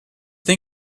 tem